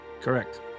correct